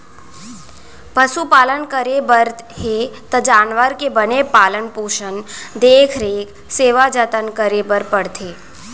पसु पालन करे बर हे त जानवर के बने पालन पोसन, देख रेख, सेवा जनत करे बर परथे